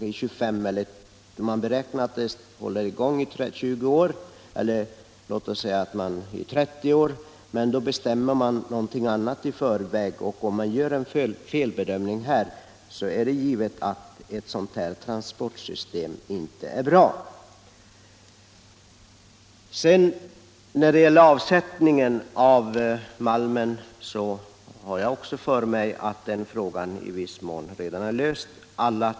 Gruvdriften kanske kan hållas i gång i 20 eller låt oss säga 30 år, och om man gör en felbedömning är det vanskligt om man har bestämt sig för ett transportsystem av den här typen. Jag har också för mig att frågan om avsättningen för malmen i viss mån redan är löst.